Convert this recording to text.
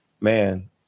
Man